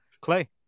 Clay